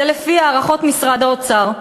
זה לפי הערכות משרד האוצר.